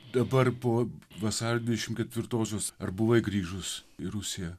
dabar po vasario dvidešimt ketvirtosios ar buvai grįžus į rusiją